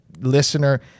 listener